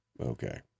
okay